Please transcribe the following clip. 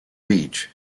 beach